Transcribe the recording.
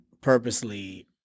purposely